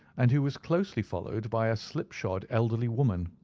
and who was closely followed by a slip-shod elderly woman.